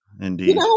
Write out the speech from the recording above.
Indeed